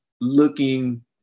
looking